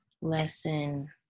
lesson